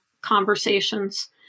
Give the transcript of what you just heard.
conversations